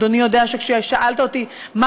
אדוני יודע שכששאלת אותי: מה,